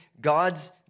God's